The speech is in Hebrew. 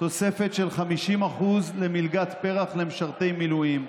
תוספת של 50% למלגת פר"ח למשרתי מילואים,